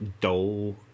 dull